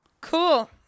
Cool